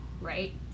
right